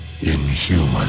inhuman